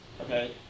Okay